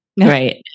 right